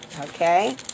Okay